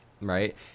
Right